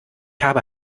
habe